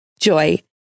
Joy